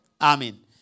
Amen